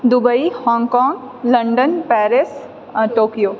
Dubai Hong Kong London Paris Tokyo